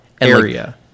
area